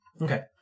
Okay